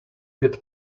get